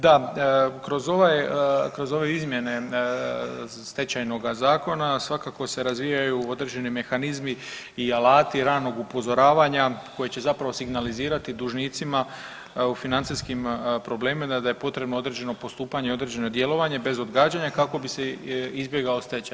Da, kroz ovaj, kroz ove izmjene stečajnoga zakona svakako se razvijaju određeni mehanizmi i alati ranog upozoravanja koje će zapravo signalizirati dužnicima u financijskim problemima da je potrebno određeno postupanje i određeno djelovanje bez odgađanja kako bi se izbjegao stečaj.